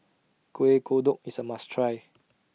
Kueh Kodok IS A must Try